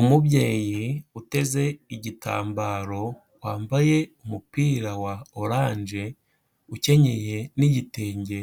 Umubyeyi uteze igitambaro wambaye umupira wa oranje, ukenyeye n'igitenge